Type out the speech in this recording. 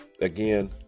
again